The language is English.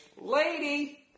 lady